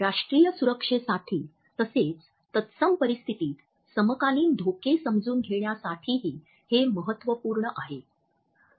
राष्ट्रीय सुरक्षेसाठी तसेच तत्सम परिस्थितीत समकालीन धोके समजून घेण्यासाठीही हे महत्त्वपूर्ण आहे